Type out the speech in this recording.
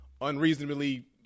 unreasonably